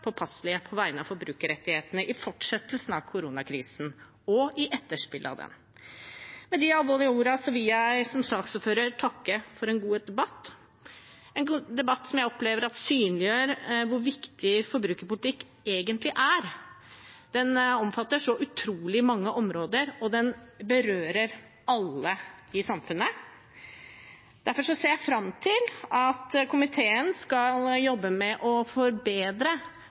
påpasselige på vegne av forbrukerrettighetene i fortsettelsen av koronakrisen og i etterspillet av den. Med de alvorlige ordene vil jeg som saksordfører takke for en god debatt, en debatt som jeg opplever synliggjør hvor viktig forbrukerpolitikk egentlig er. Den omfatter så utrolig mange områder, og den berører alle i samfunnet. Derfor ser jeg fram til at komiteen skal jobbe med å forbedre